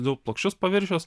du plokščius paviršius